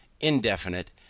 indefinite